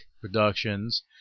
Productions